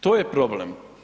To je problem.